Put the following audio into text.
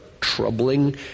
troubling